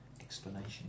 explanation